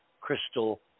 crystal